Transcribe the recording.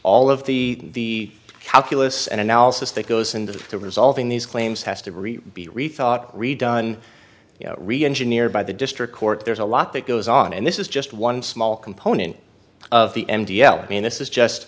all of the calculus and analysis that goes into the to resolving these claims has to be rethought redone reengineer by the district court there's a lot that goes on and this is just one small component of the m t l i mean this is just